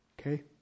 Okay